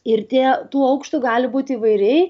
ir tie tų aukštų gali būt įvairiai